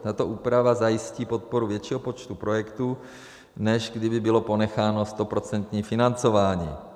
Tato úprava zajistí podporu většího počtu projektů, než kdyby bylo ponecháno stoprocentní financování.